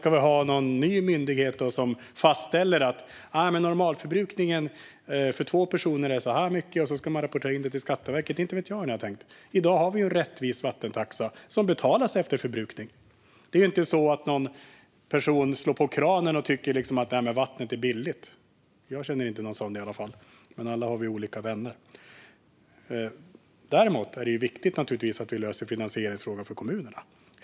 Ska vi ha någon ny myndighet som fastställer vad normalförbrukningen är för två personer? Ska man sedan rapportera det till Skatteverket? Inte vet jag hur ni har tänkt. I dag har vi en rättvis vattentaxa som betalas efter förbrukning. Det är inte så att någon person slår på kranen och tycker att vattnet är billigt. Jag känner inte någon som tycker det i alla fall. Men vi har alla olika vänner. Det är naturligtvis viktigt att vi löser finansieringsfrågan för kommunerna.